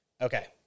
Okay